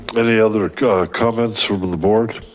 but any other comments from the board?